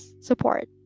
Support